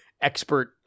expert